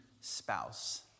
spouse